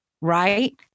right